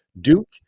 duke